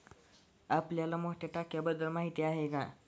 आपल्याला मोठ्या टाक्यांबद्दल माहिती आहे का?